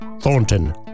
Thornton